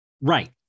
right